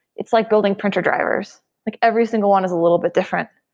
it's like building printer drivers like every single one is a little bit different.